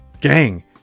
Gang